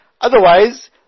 Otherwise